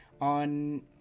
on